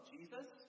Jesus